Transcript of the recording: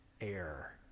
air